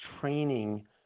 training